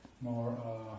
more